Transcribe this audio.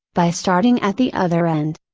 by starting at the other end!